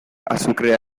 azukrea